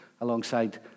alongside